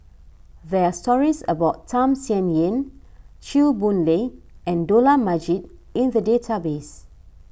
there are stories about Tham Sien Yen Chew Boon Lay and Dollah Majid in the database